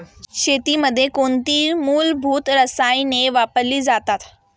शेतीमध्ये कोणती मूलभूत रसायने वापरली जातात?